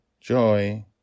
Joy